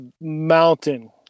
mountain